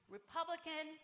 Republican